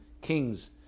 kings